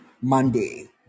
Monday